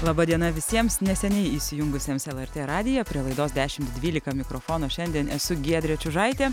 laba diena visiems neseniai įsijungusiems lrt radiją prie laidos dešimt dvylika mikrofono šiandien esu giedrė čiužaitė